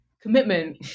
commitment